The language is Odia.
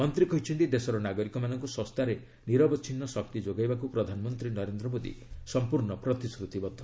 ମନ୍ତ୍ରୀ କହିଛନ୍ତି ଦେଶର ନାଗରିକମାନଙ୍କୁ ଶସ୍ତାରେ ନିରବଚ୍ଛିନ୍ନ ଶକ୍ତି ଯୋଗାଇବାକୁ ପ୍ରଧାନମନ୍ତ୍ରୀ ନରେନ୍ଦ୍ର ମୋଦୀ ପ୍ରତିଶ୍ରତିବଦ୍ଧ